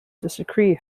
disagree